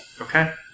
Okay